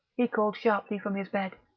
he called sharply from his bed.